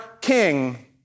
king